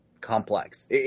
Complex